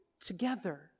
together